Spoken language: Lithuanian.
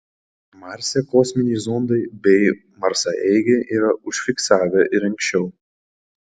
marse kosminiai zondai bei marsaeigiai yra užfiksavę ir anksčiau